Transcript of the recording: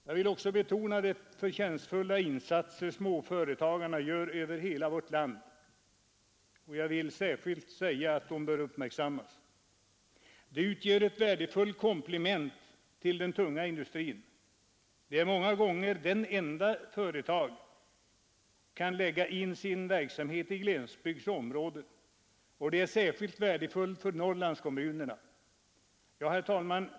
Jag vill betona att de förtjänstfulla insatser småföretagarna gör över hela vårt land bör uppmärksammas. Småföretagen utgör ett värdefullt komplement till den tunga industrin. De är många gånger de enda företag som kan förlägga sin verksamhet i glesbygdsområden, och detta är särskilt värdefullt för Norrlandskommunerna. Herr talman!